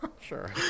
sure